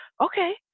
okay